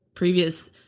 previous